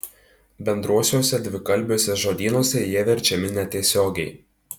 bendruosiuose dvikalbiuose žodynuose jie verčiami netiesiogiai